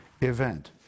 event